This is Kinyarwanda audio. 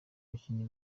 abakinnyi